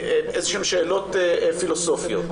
או שאלות פילוסופיות.